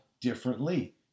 differently